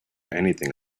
anything